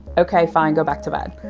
ok, fine. go back to bed.